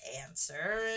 answer